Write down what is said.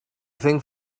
think